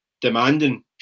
demanding